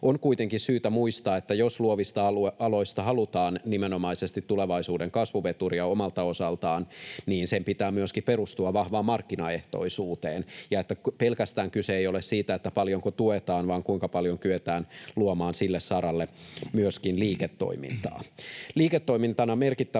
On kuitenkin syytä muistaa, että jos luovista aloista halutaan nimenomaisesti tulevaisuuden kasvuveturia omalta osaltaan, niin sen pitää myöskin perustua vahvaan markkinaehtoisuuteen ja että kyse ei ole pelkästään siitä, paljonko tuetaan, vaan kuinka paljon kyetään luomaan sille saralle myöskin liiketoimintaa.